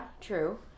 true